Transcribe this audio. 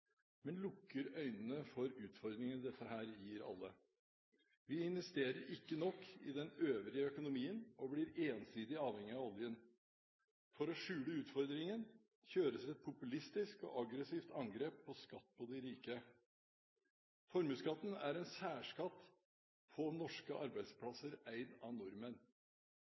men lukker øynene for utfordringene dette gir alle. Vi investerer ikke nok i den øvrige økonomien, og blir ensidig avhengige av oljen. For å skjule utfordringen kjøres det et populistisk og aggressivt angrep om «skatt på de rike». Formuesskatten er en særskatt på norske arbeidsplasser eid av nordmenn.